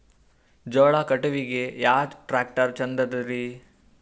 ಜೋಳ ಕಟಾವಿಗಿ ಯಾ ಟ್ಯ್ರಾಕ್ಟರ ಛಂದದರಿ?